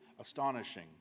astonishing